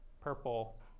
purple